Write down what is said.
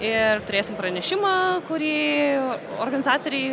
ir turėsim pranešimą kurį organizatoriai